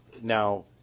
now